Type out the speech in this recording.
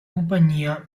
compagnia